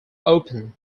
open